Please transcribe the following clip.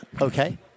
okay